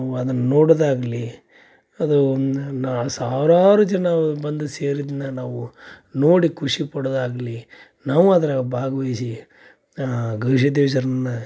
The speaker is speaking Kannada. ಅದನ್ನು ನೋಡೋದಾಗಲಿ ಅದು ಸಾವಿರಾರು ಜನ ಬಂದು ಸೇರಿದ್ದನ್ನ ನಾವು ನೋಡಿ ಖುಷಿ ಪಡೋದಾಗಲಿ ನಾವೂ ಅದ್ರಾಗ ಭಾಗ್ವಹ್ಸಿ ಗವಿಸಿದ್ಧೇಶ್ವರನ್ನ